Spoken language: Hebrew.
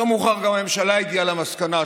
יותר מאוחר גם הממשלה הגיעה למסקנה,